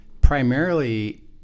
primarily